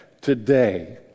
today